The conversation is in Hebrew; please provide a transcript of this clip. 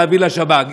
להביא לשב"כ.